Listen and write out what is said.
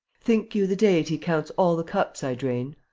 think you the deity counts all the cups i drain?